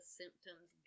symptoms